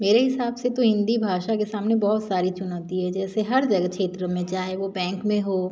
मेरे हिसाब से तो हिन्दी भाषा के सामने बहुत सारी चुनौती है जैसे हर जगह क्षेत्रों में चाहे वो बैंक में हो